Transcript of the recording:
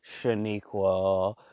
Shaniqua